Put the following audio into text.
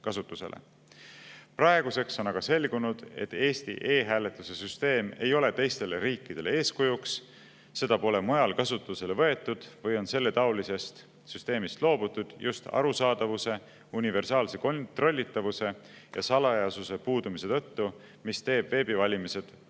Praeguseks on aga selgunud, et Eesti e-hääletuse süsteem ei ole teistele riikidele eeskujuks, seda pole mujal kasutusele võetud või on selletaolisest süsteemist loobutud just arusaadavuse, universaalse kontrollitavuse ja salajasuse puudumise tõttu, mis teeb veebivalimised